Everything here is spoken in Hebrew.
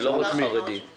זה לא חינוך חרדי.